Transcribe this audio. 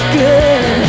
good